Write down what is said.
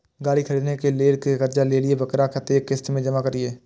गाड़ी खरदे के लेल जे कर्जा लेलिए वकरा कतेक किस्त में जमा करिए?